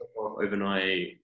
overnight